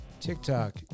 TikTok